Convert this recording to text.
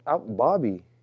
Bobby